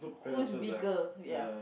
whose bigger ya